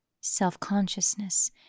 Self-consciousness